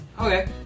Okay